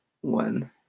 one